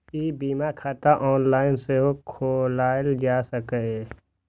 ई बीमा खाता ऑनलाइन सेहो खोलाएल जा सकैए